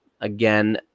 again